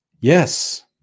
Yes